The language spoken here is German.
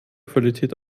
qualität